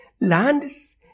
lands